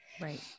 Right